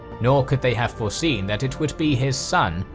nor could they have foreseen that it would be his son,